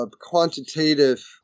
quantitative